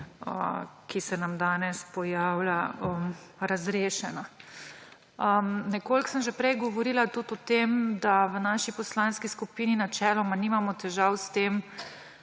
ki se nam danes pojavlja, razrešena. Nekoliko sem že prej govorila tudi o tem, da v naši poslanski skupini načeloma nimamo težav s tem,